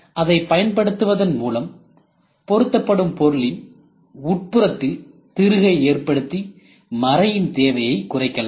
அதை பயன்படுத்துவதின்மூலம் பொருத்தப்படும் பொருளின் உட்புறத்தில் திருகை ஏற்படுத்தி மறையின் தேவையை குறைக்கலாம்